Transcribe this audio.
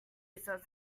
user